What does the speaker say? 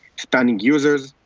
standing users,